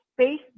space